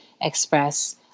express